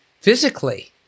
physically